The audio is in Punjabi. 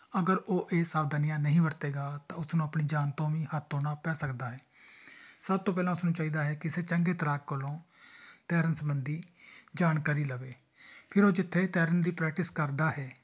ਅਗਰ ਉਹ ਇਹ ਸਾਵਧਾਨੀਆਂ ਨਹੀਂ ਵਰਤੇਗਾ ਤਾਂ ਉਸਨੂੰ ਆਪਣੀ ਜਾਨ ਤੋਂ ਵੀ ਹੱਥ ਧੋਣਾਂ ਪੈ ਸਕਦਾ ਹੈ ਸਭ ਤੋਂ ਪਹਿਲਾਂ ਉਸਨੂੰ ਚਾਹੀਦਾ ਹੈ ਕਿਸੇ ਚੰਗੇ ਤੈਰਾਕ ਕੋਲੋਂ ਤੈਰਨ ਸਬੰਧੀ ਜਾਣਕਾਰੀ ਲਵੇ ਫਿਰ ਉਹ ਜਿੱਥੇ ਤੈਰਨ ਦੀ ਪ੍ਰੈਕਟਿਸ ਕਰਦਾ ਹੈ